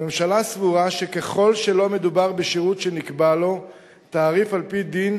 הממשלה סבורה שככל שלא מדובר בשירות שנקבע לו תעריף על-פי דין,